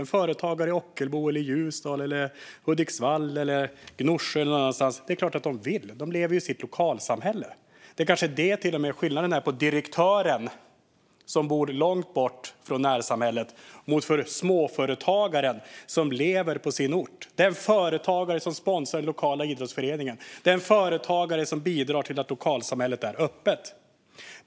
Det kan röra sig om företagare i Ockelbo, Ljusdal, Hudiksvall, Gnosjö eller någon annanstans. Det är klart att de vill. De lever ju i sitt lokalsamhälle. Det kanske till och med är detta som är skillnaden mellan direktören, som bor långt bort från närsamhället, och småföretagaren, som lever på sin ort. Småföretagaren sponsrar den lokala idrottsföreningen och bidrar till att lokalsamhället är öppet.